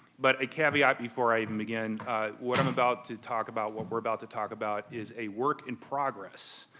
but a caveat before i even begin what i'm about to talk about what we're about to talk about is a work in progress.